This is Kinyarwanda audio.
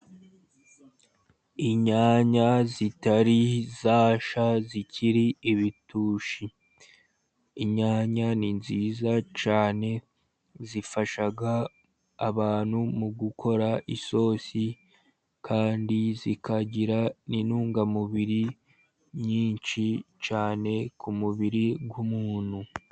Inyanya zitari zashya zikiri ibitushi. Inyanya ni nziza cyane, zifasha abantu mu gukora isosi, kandi zikagira n'intungamubiri nyinshi cyane ku mubiri w'umuntu.